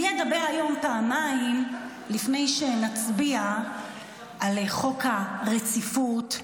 אני אדבר היום פעמיים לפני שנצביע על דין הרציפות,